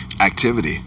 activity